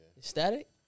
static